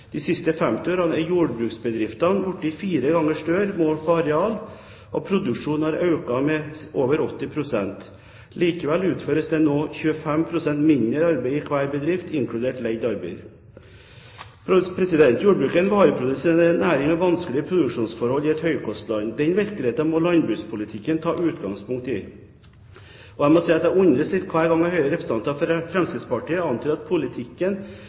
siste 50 årene er jordbruksbedriftene blitt fire ganger større, målt på areal, og produksjonen har økt med over 80 pst. Likevel utføres det nå 25 pst. mindre arbeid i hver bedrift, inkludert leid arbeid. Jordbruket er en vareproduserende næring med vanskelige produksjonsforhold i et høykostland. Den virkeligheten må landbrukspolitikken ta utgangspunkt i. Jeg må si jeg undres litt hver gang jeg hører representanter fra Fremskrittspartiet antyde at politikken